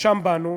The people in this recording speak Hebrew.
משם באנו.